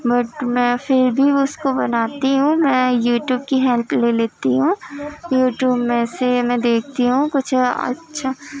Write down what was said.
but میں پھر بھی اس کو بناتی ہوں میں یوٹیوب کی ہیلپ لے لیتی ہوں یوٹیوب میں سے میں دیکھتی ہوں کچھ اچھا